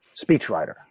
speechwriter